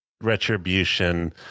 retribution